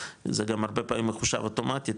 זה גם הרבה פעמים מחושב אוטומטית,